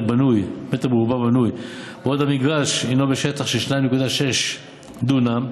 בנוי בעוד המגרש הינו בשטח של כ-2.6 דונם,